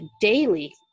daily